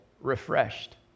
refreshed